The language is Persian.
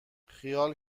خیال